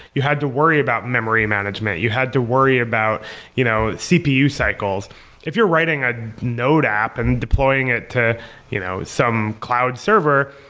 you had to worry about memory management. you had to worry about you know cpu cycles if you're writing a node app and deploying it to you know some cloud server,